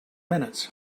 minutes